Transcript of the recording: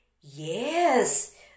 Yes